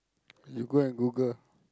you go and Google